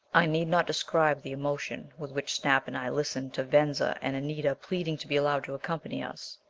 i need not describe the emotion with which snap and i listened to venza and anita pleading to be allowed to accompany us.